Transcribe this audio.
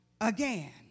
again